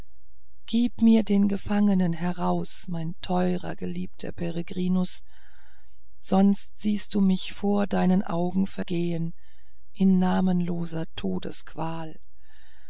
gib mir den gefangenen heraus mein teurer geliebter peregrinus sonst siehst du mich vor deinen augen vergehen in namenloser